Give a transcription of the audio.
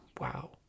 wow